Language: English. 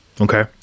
Okay